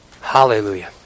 hallelujah